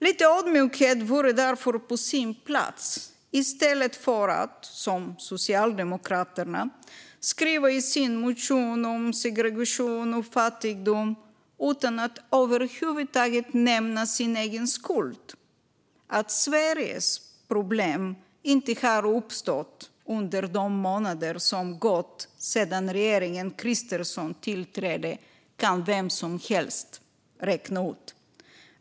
Lite ödmjukhet vore därför på sin plats i stället för att, som Socialdemokraterna, skriva i sin motion om segregation och fattigdom utan att över huvud taget nämna sin egen skuld. Att Sveriges problem inte har uppstått under de månader som gått sedan regeringen Kristersson tillträdde kan vem som helst räkna ut.